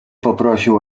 poprosił